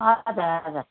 हजुर हजुर